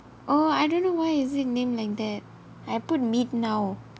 oh I don't know why is it named like that I put meet now